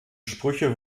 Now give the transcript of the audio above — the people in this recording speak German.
sprüche